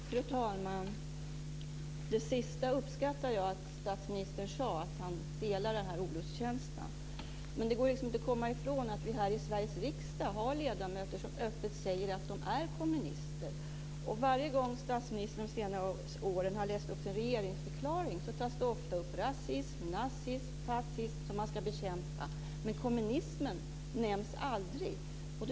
Fru talman! Jag uppskattar det sista som statsministern sade, att han delar den här olustkänslan, men det går inte att komma ifrån att vi här i Sveriges riksdag har ledamöter som öppet säger att de är kommunister. Varje gång som statsministern på senare år har läst upp sin regeringsförklaring har det tagits upp att man ska bekämpa rasism, nazism och fascism, men kommunismen nämns aldrig.